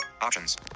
Options